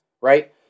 right